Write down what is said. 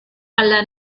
alla